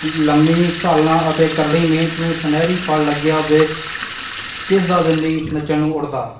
ਲੰਮੀ ਘਾਲਣਾ ਅਤੇ ਕਰੜੀ ਮਿਹਨਤ ਨੂੰ ਸੁਨਹਿਰੀ ਫਲ ਲੱਗਿਆ ਵੇਖ ਕਿਸ ਦਾ ਦਿਲ ਨਹੀਂ ਨੱਚਣ ਨੂੰ ਉੱਠਦਾ